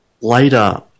later